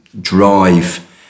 drive